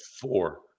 four